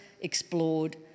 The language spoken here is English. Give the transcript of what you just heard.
explored